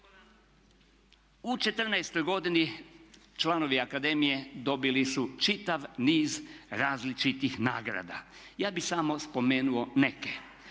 U 14.-toj godini članovi akademije dobili su čitav niz različitih nagrada. Ja bih samo spomenuo neke,